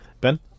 Ben